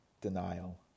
denial